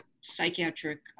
psychiatric